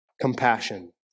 compassion